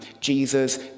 Jesus